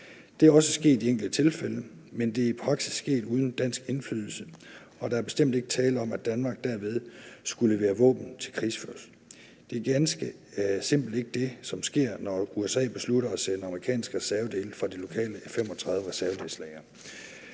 Det er også sket i enkelte tilfælde, men det er i praksis sket uden dansk indflydelse, og der er bestemt ikke tale om, at Danmark derved skulle levere våben til krigsførelse. Det er ganske simpelt ikke det, som sker, når USA beslutter at sende amerikanske reservedele fra de lokale F-35-reservedelslagre.